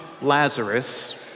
Lazarus